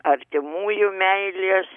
artimųjų meilės